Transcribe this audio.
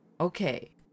okay